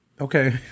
Okay